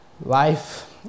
life